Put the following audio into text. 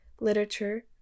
literature